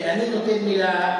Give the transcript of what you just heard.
ואני נותן מלה,